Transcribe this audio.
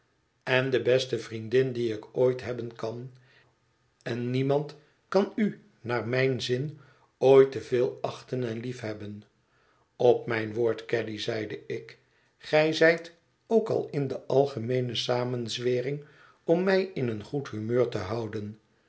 en de beste vriendin die ik ooit hebben kan en niemand kan u naar mijn zin ooit te veel achten en liefhebben op mijn woord caddy zeide ik gij zjjt ook al in de algemeene samenzwering om mj in een goed humeur te houden